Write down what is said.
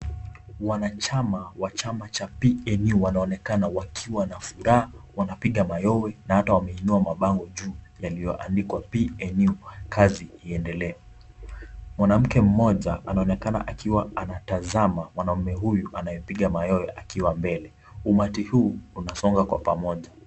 Wanachama wa chama cha PNU wanaonekana wakiwa na furaha, wanapiga mayowe na hata wameinua mabango juu yaliyoandikwa PNU kazi iendelee, mwanamke mmoja anaonekana akiwa anatazama mwanamume huyu anayepiga mayowe akiwa mbele, umati huu unasonga kwa pamoja.